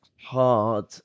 hard